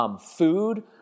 Food